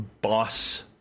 boss